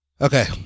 Okay